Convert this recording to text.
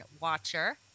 Watcher